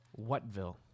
whatville